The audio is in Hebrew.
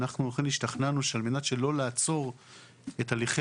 אנחנו אכן השתכנענו למחוק אותו על מנת שלא לעצור את הליכי